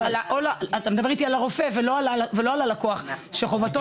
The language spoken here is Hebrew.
אתה מדבר איתי על הרופא ולא על הלקוח שחובתו